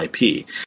IP